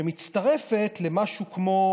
ומצטרפת למשהו כמו